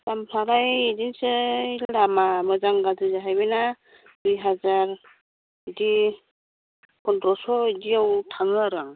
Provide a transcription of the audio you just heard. दामफ्रालाय बिदिनोसै लामा मोजां गाज्रि जाहैबाय ना दुइ हाजार बिदि पन्द्रस' बिदियाव थाङो आरो आं